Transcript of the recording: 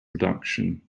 production